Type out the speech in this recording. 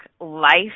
life